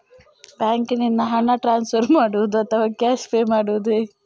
ಬ್ಯಾಂಕಿನಿಂದ ಹಣ ಟ್ರಾನ್ಸ್ಫರ್ ಮಾಡುವುದ ಅಥವಾ ಕ್ಯಾಶ್ ಪೇ ಮಾಡುವುದು?